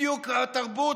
בדיוק התרבות,